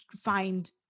find